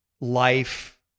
life